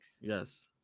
yes